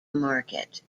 market